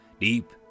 deep